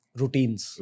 routines